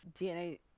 DNA